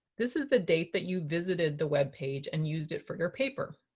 this is the date that you visited the webpage and used it for your paper.